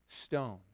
stone